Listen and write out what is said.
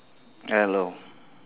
hello